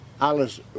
Alice